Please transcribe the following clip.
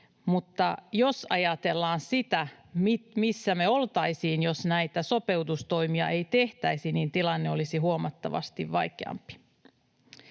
mutta jos ajatellaan, missä me oltaisiin, jos näitä sopeutustoimia ei tehtäisi, niin tilanne olisi huomattavasti vaikeampi.